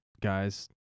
guys